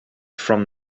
from